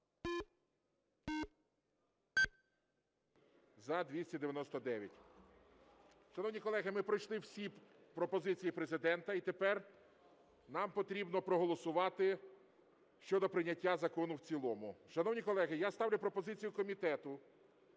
За-299 Шановні колеги, ми пройшли всі пропозиції Президента і тепер нам потрібно проголосувати щодо прийняття закону в цілому. Шановні колеги, я ставлю пропозицію комітету